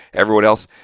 everyone else,